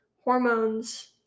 hormones